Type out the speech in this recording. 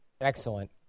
Excellent